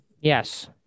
Yes